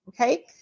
okay